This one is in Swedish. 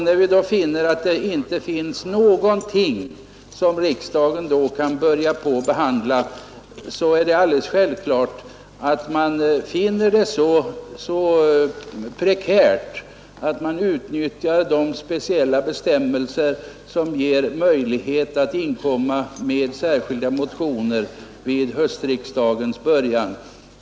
När det inte förelåg något sådant förslag för riksdagen att börja behandla är det självklart att vi fann läget så prekärt att vi utnyttjade de speciella bestämmelser som ger möjlighet att väcka särskilda motioner vid höstriksdagens början.